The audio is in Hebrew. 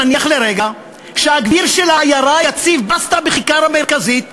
נניח לרגע שהגביר של העיירה יציב בסטה בכיכר המרכזית וישווק,